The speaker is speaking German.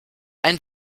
ein